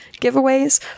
giveaways